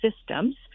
systems